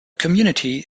community